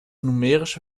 numerische